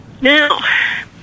Now